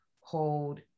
hold